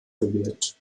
gewählt